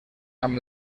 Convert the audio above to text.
amb